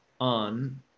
on